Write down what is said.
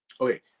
Okay